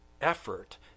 effort